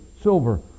silver